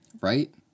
Right